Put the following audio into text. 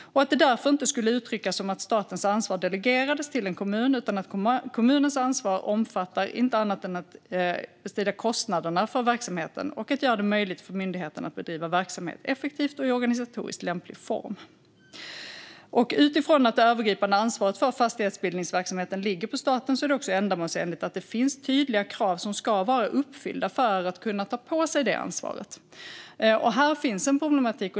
Det ska därför inte uttryckas som att statens ansvar delegeras till en kommun utan att kommunens ansvar inte omfattar annat än att bestrida kostnaderna för verksamheten och att göra det möjligt för myndigheten att bedriva verksamhet effektivt och i organisatoriskt lämplig form. Utifrån att det övergripande ansvaret för fastighetsbildningsverksamheten ligger på staten är det också ändamålsenligt att det finns tydliga krav som ska vara uppfyllda för att kunna ta på sig det ansvaret. Här finns ett problem.